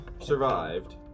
survived